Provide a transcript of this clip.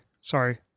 sorry